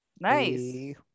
Nice